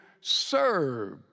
serve